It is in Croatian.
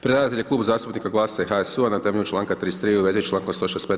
Predlagatelj je Klub zastupnika GLAS-a i HSU-a na temelju članka 33. u vezi s člankom 165.